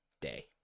day